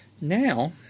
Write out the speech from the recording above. Now